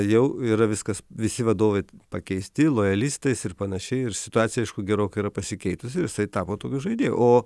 jau yra viskas visi vadovai pakeisti lojalistais ir panašiai ir situacija aišku gerokai yra pasikeitusi ir jisai tapo tokiu žaidėju o